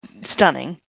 stunning